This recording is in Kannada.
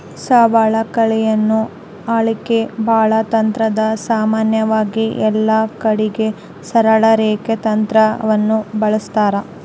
ಸವಕಳಿಯನ್ನ ಅಳೆಕ ಬಾಳ ತಂತ್ರಾದವ, ಸಾಮಾನ್ಯವಾಗಿ ಎಲ್ಲಕಡಿಗೆ ಸರಳ ರೇಖೆ ತಂತ್ರವನ್ನ ಬಳಸ್ತಾರ